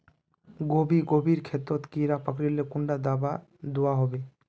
गोभी गोभिर खेतोत कीड़ा पकरिले कुंडा दाबा दुआहोबे?